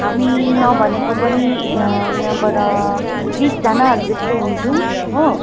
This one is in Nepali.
हामी नभनेको पनि यहाँबाट बिसजनाहरू जस्तो हुन्छौँ हो